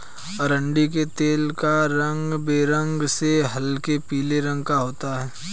अरंडी के तेल का रंग बेरंग से हल्के पीले रंग का होता है